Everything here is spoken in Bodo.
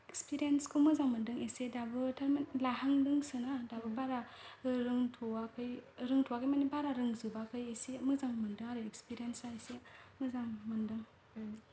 एक्सपिरियेन्सखौ मोजां मोनदों इसे दाबो थारमाने लाहांदोंसो ना दाबो बारा रोंथ'वाखौ रोंथ'वाखै माने बारा रोंजोबाखै इसे मोजां मोनदों आरो एक्सपिरियेन्सआ इसे मोजां मोनदों